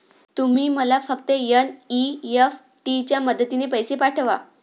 तुम्ही मला फक्त एन.ई.एफ.टी च्या मदतीने पैसे पाठवा